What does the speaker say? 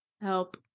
help